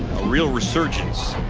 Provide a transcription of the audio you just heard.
real resurgence